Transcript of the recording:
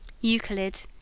Euclid